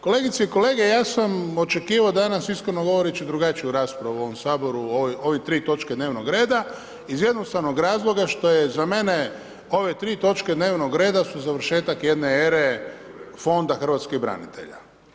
Kolegice i kolege, ja sam očekivao danas iskreno govoreći drugačiju raspravu u ovom Saboru, ove tri točke dnevnog reda iz jednostavnog razloga što je za mene ove tri točke dnevnog reda su završetak jedne ere Fonda hrvatskih branitelja.